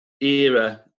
era